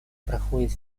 проходит